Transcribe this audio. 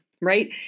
right